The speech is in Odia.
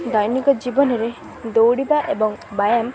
ଦୈନିକ ଜୀବନରେ ଦୌଡ଼ିବା ଏବଂ ବ୍ୟାୟାମ